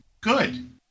good